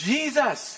Jesus